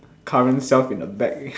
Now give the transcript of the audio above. current self in the back